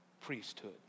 priesthood